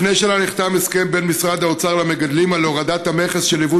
לפני שנה נחתם הסכם בין משרד האוצר למגדלים על הורדת המכס של יבוא